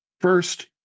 first